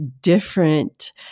different